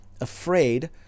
afraid